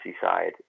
side